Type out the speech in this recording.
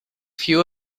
few